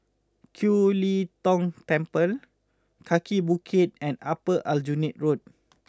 Kiew Lee Tong Temple Kaki Bukit and Upper Aljunied Road